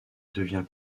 devient